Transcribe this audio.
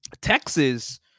Texas